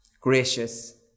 Gracious